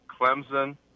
Clemson